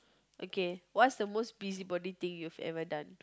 okay what's the most busybody thing you've ever done